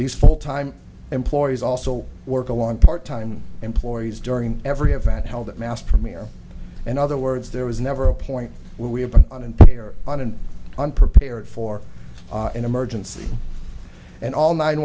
these full time employees also work along part time employees during every event held at mass premier in other words there was never a point where we had been on an pair on an unprepared for an emergency and all nine